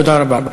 תודה רבה.